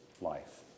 life